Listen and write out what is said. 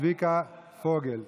צביקה פוגל.